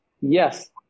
Yes